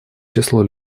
число